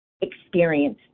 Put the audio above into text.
experience